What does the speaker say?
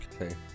Okay